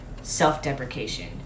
self-deprecation